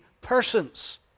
persons